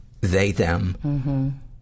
they-them